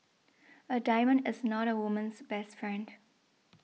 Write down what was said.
a diamond is not a woman's best friend